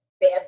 bad